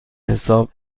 حساب